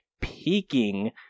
peaking